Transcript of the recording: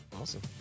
Awesome